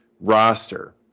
roster